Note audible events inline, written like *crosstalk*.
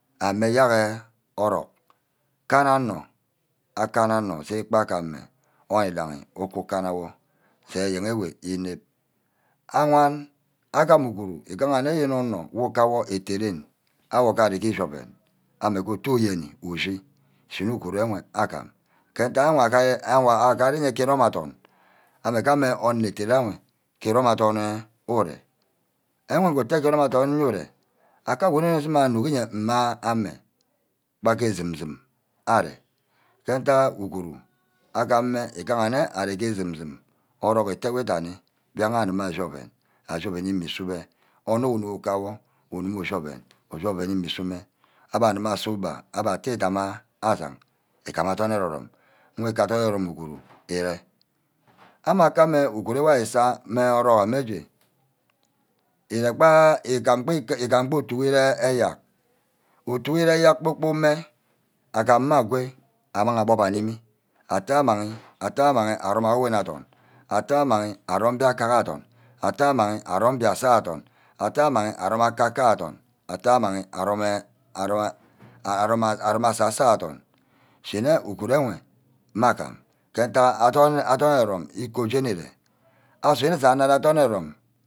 Ame eyerk heh orock kana onor, akana onor zee kpark ke ameh onor ideghe uku kana wor, sei eyen eweh inep, awan, agam uguru igaha-nne yene onor wu kawor ke ette ren awor agare ke ishi-oven ama ke ohiyeni ushi, shine uguru ewe agam ke-ntack *hesitation* ke imme adorn ame ke ame eten ayour weh ke erome adorn ure, ewe ite ke irome adorn ure aka shini inuk nye ke mma ame bagke sum-sum aria ke ntack uguru agama ure nne areak ke, sum- sum orock ute wi sani, mbiagha asumer ashi-oven, ashi oven ini gube isabe, ohor unuge uke wor, ohimi ushi oven imi sumeh, agbe arime asi ugba abe attie idama asan mmigaha adorn ere-rome, ke adorn ere rome uguru ngere ame akame uguru wor isa mme orock amme je, iregbe, igam gbe otu wirear eyerk utu wi rear gba kpor-kpork mme amangi, atteh amangi arem awini adorn, atteh amangi arome mbiaka adorn, atteh amagi arome akaka adorn, shineh amagi *hesitation* asasor adorn, shineh uguru ewe mme agam, ntegha adorn adorn ero-rome iku jeni ere asunre je agam adorn ero-rome.